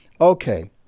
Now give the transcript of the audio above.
Okay